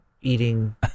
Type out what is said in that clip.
eating